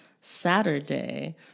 Saturday